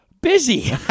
Busy